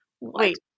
Wait